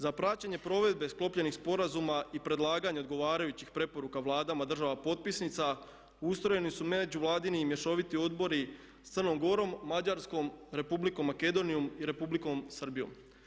Za praćenje provedbe sklopljenih sporazuma i predlaganja odgovarajućih preporuka Vladama država potpisnica ustrojeni su međuvladini i mješoviti odbori s Crnom Gorom, Mađarskom, Republikom Makedonijom i Republikom Srbijom.